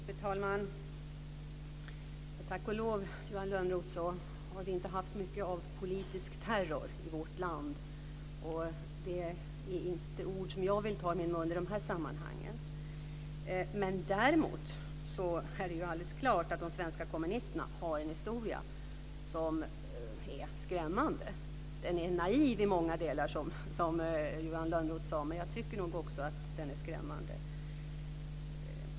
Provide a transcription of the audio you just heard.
Fru talman! Tack och lov har vi inte haft mycket av politisk terror i vårt land, Johan Lönnroth. Det är inte ord jag vill ta i min mun i de här sammanhangen. Däremot är det alldeles klart att de svenska kommunisterna har en skrämmande historia. Den är naiv i många delar, som Johan Lönnroth sade. Jag tycker nog också att den är skrämmande.